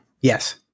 Yes